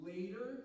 Later